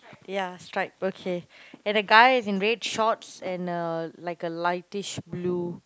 ya striped okay and the guy is in red shorts and uh like a lightish blue